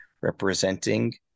representing